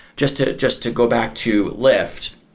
just to just to go back to lyft,